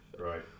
Right